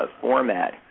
format